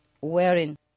wearing